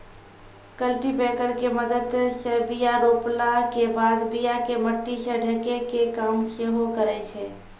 cultipacker के मदत से बीया रोपला के बाद बीया के मट्टी से ढकै के काम सेहो करै छै